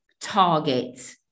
target